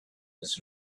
was